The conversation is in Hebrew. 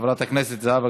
לוועדת הכלכלה נתקבלה.